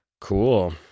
cool